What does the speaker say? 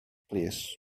plîs